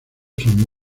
son